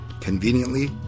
Conveniently